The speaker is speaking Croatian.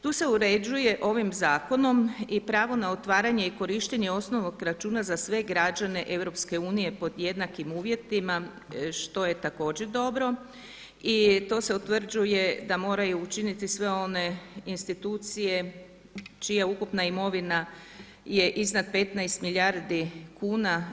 Tu se uređuje ovim zakonom i pravo na otvaranje i korištenje osnovnog računa za sve građane EU pod jednakim uvjetima što je također dobro i to se utvrđuje da moraju učiniti sve one institucije čija ukupna imovina je iznad 15 milijardi kuna.